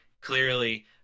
clearly